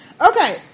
Okay